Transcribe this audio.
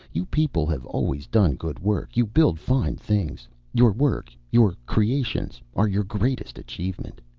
you people have always done good work. you build fine things. your work, your creations, are your greatest achievement.